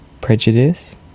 Prejudice